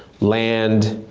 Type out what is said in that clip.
land,